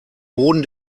boden